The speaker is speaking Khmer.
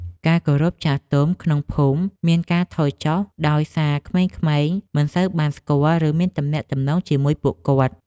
ការគោរពចាស់ទុំក្នុងភូមិមានការថយចុះដោយសារក្មេងៗមិនសូវបានស្គាល់ ឬមានទំនាក់ទំនងជាមួយពួកគាត់។